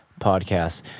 podcast